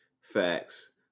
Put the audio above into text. facts